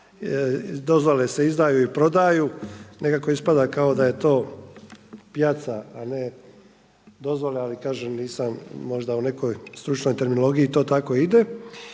dozvole se izdaju i prodaju, nekako ispada kao da je to pijaca, a ne dozvola, ali kažem nisam možda u nekoj stručnoj terminologiji to tako ide.